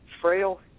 frail